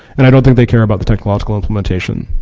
and i don't think they care about the implementation.